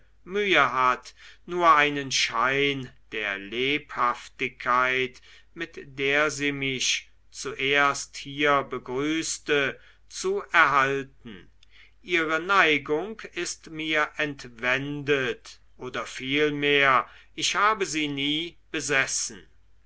mühe hat nur einen schein der lebhaftigkeit mit der sie mich zuerst hier begrüßte zu erhalten ihre neigung ist mir entwendet oder vielmehr ich habe sie nie besessen